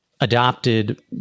adopted